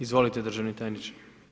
Izvolite državni tajniče.